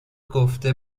گفته